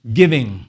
giving